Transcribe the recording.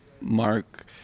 mark